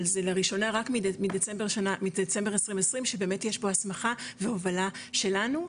אבל זה לראשונה רק מדצמבר 2020 שבאמת יש פה הסמכה והובלה שלנו,